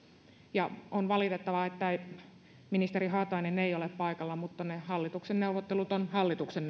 on valitettavaa että ministeri haatainen ei ole paikalla mutta hallituksen neuvottelut ovat hallituksen